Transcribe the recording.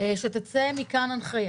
שתצא מכאן הנחיה,